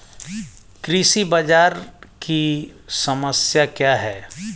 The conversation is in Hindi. कृषि बाजार की समस्या क्या है?